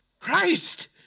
Christ